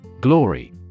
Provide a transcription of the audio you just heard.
GLORY